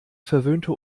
verwöhnte